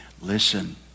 Listen